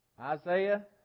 Isaiah